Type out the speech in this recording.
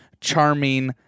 charming